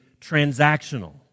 transactional